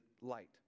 light